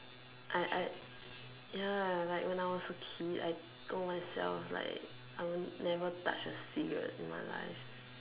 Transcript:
I I ya like when I was a kid I told myself like I won't never touch a cigarette in my life